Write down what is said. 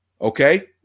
Okay